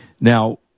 Now